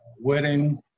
wedding